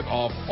off